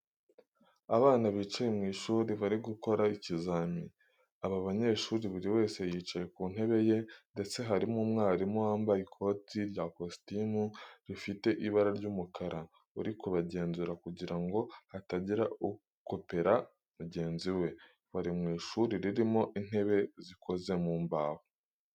Abana bicaye mu ishuri bari gukora ikizami. Aba banyeshuri buri wese yicaye ku ntebe ye ndetse harimo umwarimu wambaye ikote rya kositimu rifite ibara ry'umukara uri kubagenzura kugira ngo hatagira ukopera mugenzi we. Bari mu ishuri ririmo intebe zikoze mu mbaho.